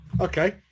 okay